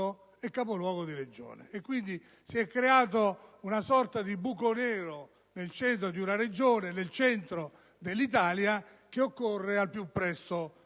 è capoluogo di Regione. Si è creata, quindi, una sorta di buco nero nel centro di una Regione e nel centro dell'Italia, che occorre al più presto